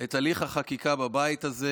את הליך החקיקה בבית הזה.